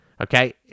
okay